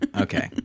okay